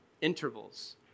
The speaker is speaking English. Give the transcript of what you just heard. intervals